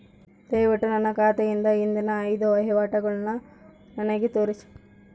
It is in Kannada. ದಯವಿಟ್ಟು ನನ್ನ ಖಾತೆಯಿಂದ ಹಿಂದಿನ ಐದು ವಹಿವಾಟುಗಳನ್ನು ನನಗೆ ತೋರಿಸಿ